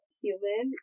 human